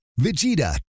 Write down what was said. Vegeta